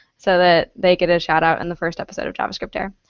so that they get a shoutout in the first episode of javascript air,